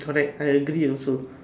correct I agree also